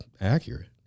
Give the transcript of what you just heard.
accurate